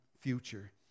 future